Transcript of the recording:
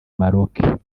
maroc